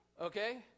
okay